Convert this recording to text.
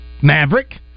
Maverick